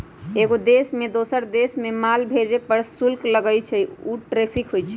एगो देश से दोसर देश मे माल भेजे पर जे शुल्क लगई छई उ टैरिफ होई छई